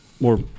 More